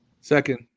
Second